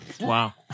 Wow